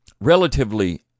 relatively